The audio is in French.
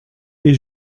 est